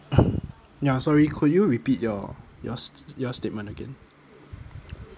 ya sorry could you repeat your your s~ your statement again